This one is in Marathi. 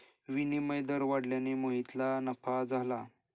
विनिमय दर वाढल्याने मोहितला नफा झाला